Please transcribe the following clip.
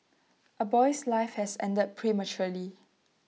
A boy's life has ended prematurely